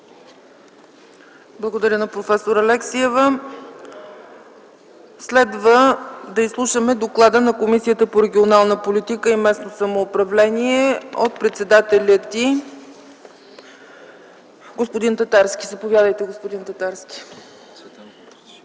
Благодаря на проф. Алексиева. Следва да изслушаме доклада на Комисията по регионална политика и местно самоуправление от председателя й господин Любен Татарски. Заповядайте, господин Татарски.